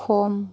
खम